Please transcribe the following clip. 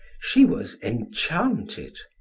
she was enchanted.